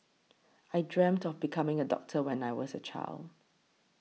I dreamt of becoming a doctor when I was a child